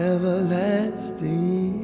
Everlasting